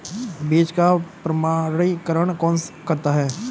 बीज का प्रमाणीकरण कौन करता है?